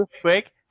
quick